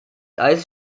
eis